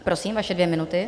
Prosím, vaše dvě minuty.